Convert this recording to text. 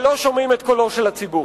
ולא שומעים את קולו של הציבור.